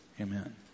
amen